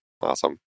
Awesome